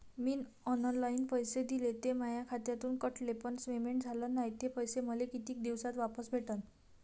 मीन online पैसे दिले, ते माया खात्यातून कटले, पण पेमेंट झाल नायं, ते पैसे मले कितीक दिवसात वापस भेटन?